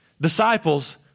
Disciples